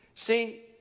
See